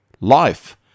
life